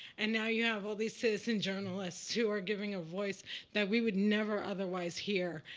and now you have all these citizen journalists who are given a voice that we would never otherwise hear.